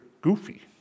goofy